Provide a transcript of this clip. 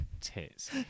tits